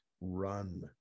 run